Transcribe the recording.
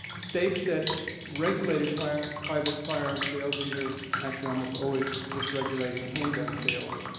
states that regulated prior private firearm sales, these are actually almost always just regulating handgun sales,